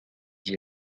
dit